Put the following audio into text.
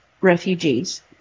refugees